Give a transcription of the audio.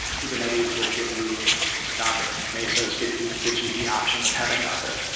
kubernetes will give you docker. mesos gives you gives you the option of having docker.